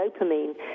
dopamine